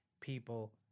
people